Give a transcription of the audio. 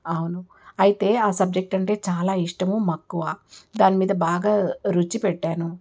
అవును అయితే ఆ సబ్జెక్ట్ అంటే చాలా ఇష్టము మక్కువ దాని మీద బాగా రుచి పెట్టాను